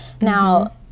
Now